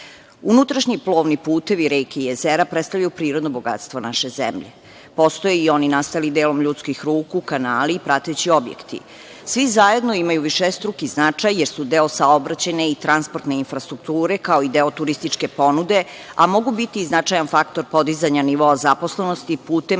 grupe. Unutrašnji plovni putevi, reke i jezera predstavljaju prirodno bogatstvo naše zemlje. Postoje i oni nastali delom ljudskih ruku, kanali, prateći objekti. Svi zajedno imaju višestruki značaj, jer su deo saobraćajne i transportne infrastrukture, kao i deo turističke ponude, a mogu biti i značajan faktor podizanja nivoa zaposlenosti putem